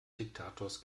diktators